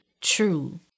true